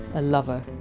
ah lover!